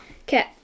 Okay